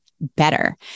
better